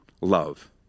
love